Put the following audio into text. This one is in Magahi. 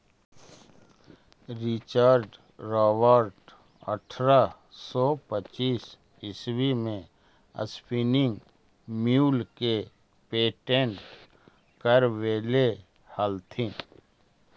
रिचर्ड रॉबर्ट अट्ठरह सौ पच्चीस ईस्वी में स्पीनिंग म्यूल के पेटेंट करवैले हलथिन